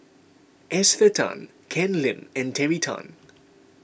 Esther Tan Ken Lim and Terry Tan